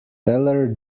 teller